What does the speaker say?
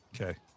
okay